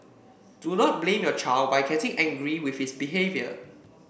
do not blame your child by getting angry with his behaviour